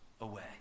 away